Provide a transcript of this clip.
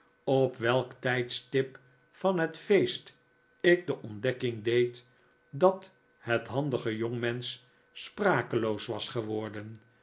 op welk tijdstip van het feest ik de ontdekking deed dat het handige jongmensch sprakeloos was geworden